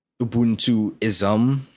Ubuntuism